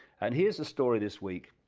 and here's a story this week